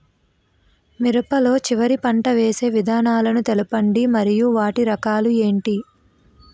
మిరప లో చివర పంట వేసి విధానాలను తెలపండి మరియు వాటి రకాలు ఏంటి